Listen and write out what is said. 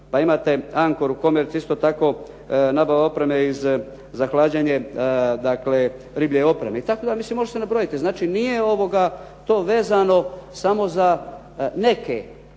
se ne razumije./… isto tako nabava opreme za hlađenje, dakle riblje opreme i tako da mislim može se nabrojiti. Znači, nije to vezano samo za neke županije